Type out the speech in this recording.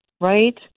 right